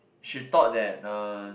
she thought that uh